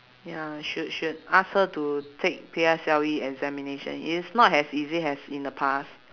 ya should should ask her to take P_S_L_E examination it's not as easy as in the past